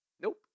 Nope